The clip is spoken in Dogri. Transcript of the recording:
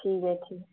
ठीक ऐ ठीक